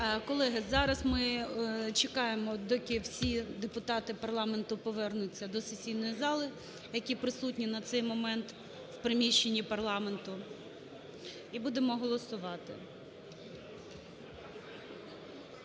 Колеги, зараз ми чекаємо, доки всі депутати парламенту повернуться до сесійної зали, які присутні на цей момент в приміщенні парламенту, і будемо голосувати.